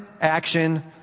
action